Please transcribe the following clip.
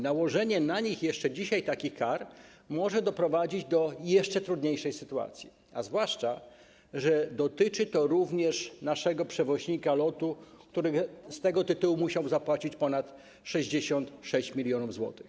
Nałożenie na nią dzisiaj takich kar może doprowadzić do jeszcze trudniejszej sytuacji, zwłaszcza że dotyczy to również naszego przewoźnika, LOT-u, który z tego tytułu musiałby zapłacić ponad 66 mln zł.